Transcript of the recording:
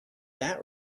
that